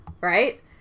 right